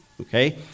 Okay